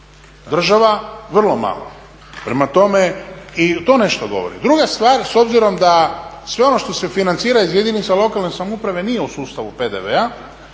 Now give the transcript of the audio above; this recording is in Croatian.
Prema tome, i to nešto govori. Druga stvar, s obzirom da sve ono što se financira iz jedinica lokalne samouprave nije u sustavu PDV-a,